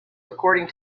according